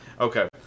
okay